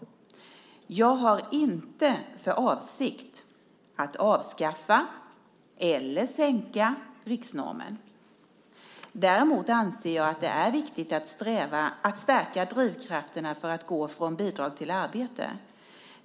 Jag har inte för avsikt att avskaffa eller sänka riksnormen. Däremot anser jag att det är viktigt att stärka drivkrafterna för att gå från bidrag till arbete.